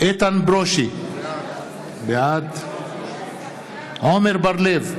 בעד איתן ברושי, בעד עמר בר-לב,